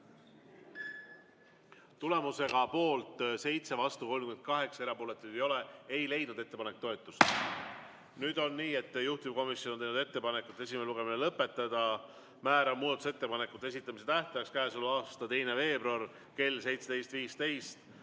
Tulemusega poolt 7, vastu 38, erapooletuid ei ole ei leidnud ettepanek toetust. Nüüd on nii, et juhtivkomisjon on teinud ettepaneku esimene lugemine lõpetada. Määran muudatusettepanekute esitamise tähtajaks 2. veebruari kell 17.15.